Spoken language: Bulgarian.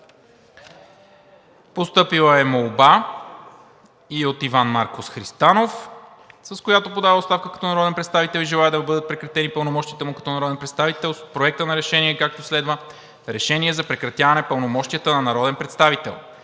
Постъпила е молба и от Иван Маркос Христанов, с която подава оставка като народен представител и желае да бъдат прекратени пълномощията му като народен представител. Проектът на решение е, както следва: „Проект! РЕШЕНИЕ за прекратяване пълномощията на народен представител